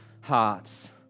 hearts